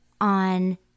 on